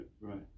right